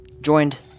joined